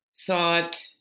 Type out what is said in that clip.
thought